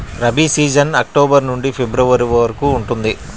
rabi season October నుండి February వరకు ఉంటుంది